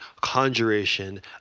conjuration